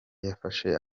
yafashe